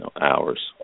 hours